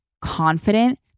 confident